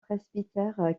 presbytère